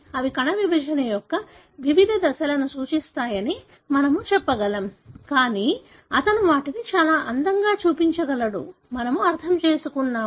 అవి కణ విభజన యొక్క వివిధ దశలను సూచిస్తాయని మేము చెప్పగలం కానీ అతను వాటిని చాలా అందంగా చూపించగలడు మనము అర్థం చేసుకున్నాము